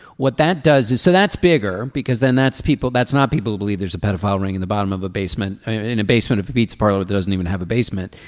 what that does is so that's bigger because then that's people that's not people who believe there's a pedophile ring in the bottom of a basement in a basement of a pizza parlor that doesn't even have a basement.